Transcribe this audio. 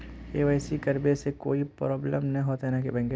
KYC करबे से कोई प्रॉब्लम नय होते न बैंक में?